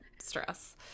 stress